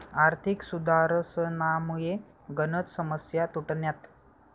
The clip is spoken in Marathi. आर्थिक सुधारसनामुये गनच समस्या सुटण्यात